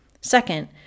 Second